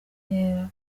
inkera